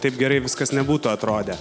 taip gerai viskas nebūtų atrodę